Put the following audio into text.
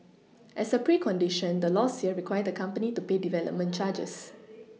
as a precondition the laws here require the company to pay development charges